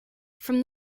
from